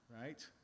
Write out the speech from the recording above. right